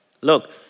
Look